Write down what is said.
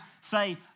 say